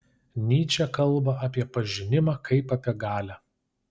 nyčė kalba apie pažinimą kaip apie galią